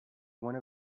one